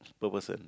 per person